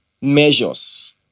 measures